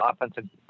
offensive